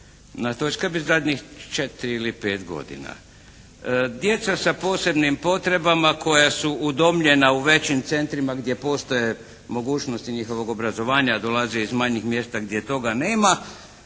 na toj skrbi zadnjih četiri ili pet godina. Djeca sa posebnim potrebama koja su udomljena u većim centrima gdje postoje mogućnosti njihovog obrazovanja dolaze iz manjih mjesta gdje toga nema